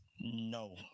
No